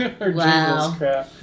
Wow